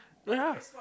ya